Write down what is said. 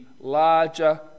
larger